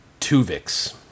Tuvix